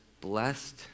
blessed